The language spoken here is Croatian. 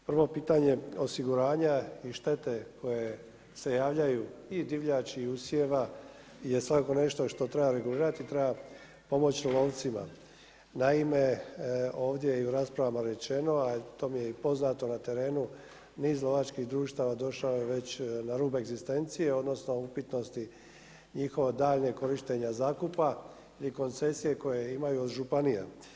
Prvo pitanje osiguranja i štete koje se javljaju i divljači i usjeva je svako nešto što treba regulirati i treba pomoći lovcima, naime ovdje i u raspravama je rečeno, a i to mi je poznato na terenu, niz lovačkih društava došao je već na rub egzistencije, odnosno, upitnosti, njihovo daljnje korištenje zakupa i koncesije koje imaju od županija.